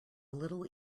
little